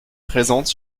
présente